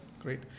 great